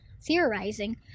theorizing